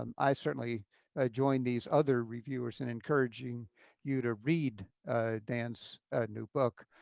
um i certainly ah joined these other reviewers in encouraging you to read dan's new book.